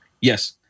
Yes